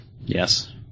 Yes